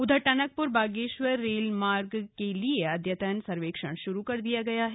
उधर टनकपुर बागेश्वर रेल मार्ग के लिए अद्यतन सर्वेक्षण शुरू कर दिया गया है